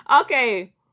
Okay